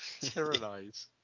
tyrannize